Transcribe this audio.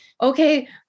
Okay